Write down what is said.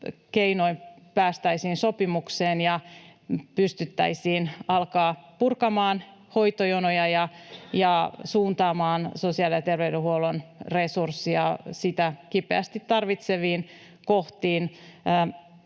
päästäisiin sopimukseen ja pystyttäisiin alkamaan purkamaan hoitojonoja ja suuntaamaan sosiaali- ja terveydenhuollon resurssia sitä kipeästi tarvitseviin kohtiin.